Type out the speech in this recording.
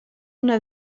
una